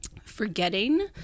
forgetting